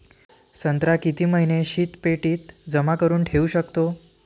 संत्रा किती महिने शीतपेटीत जमा करुन ठेऊ शकतो?